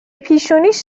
پیشونیش